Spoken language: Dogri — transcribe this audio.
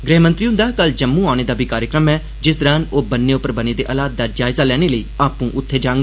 गृहमंत्री हुन्दा कल जम्मू औने दा बी कार्यक्रम ऐ जिस दौरान ओह बन्ने उप्पर बने दे हालात दा जायज़ा लैने लेई आपूं उत्थें जागंन